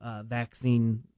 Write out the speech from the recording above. vaccine